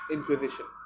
Inquisition